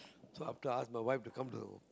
so after I ask my wife to come to the